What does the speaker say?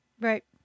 Right